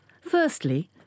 Firstly